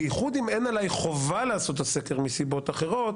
בייחוד אם אין עליי חובה לעשות את הסקר מסיבות אחרות,